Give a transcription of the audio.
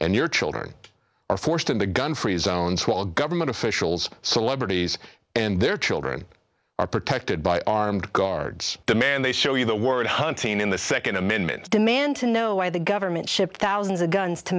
and your children are forced into gun free zones while government officials celebrities and their children are protected by armed guards demand they show you the word hunting in the second amendment to demand to know why the government shipped thousands of guns to